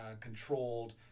controlled